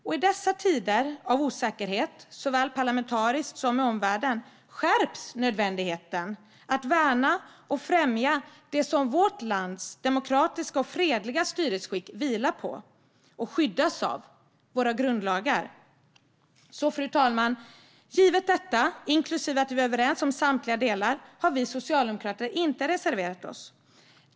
Och i dessa tider av osäkerhet, såväl parlamentarisk som i omvärlden, skärps nödvändigheten att värna och främja det som vårt lands demokratiska och fredliga styresskick vilar på och skyddas av: våra grundlagar. Fru talman! Givet detta, inklusive att vi är överens om samtliga delar, har vi socialdemokrater inte reserverat oss.